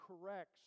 corrects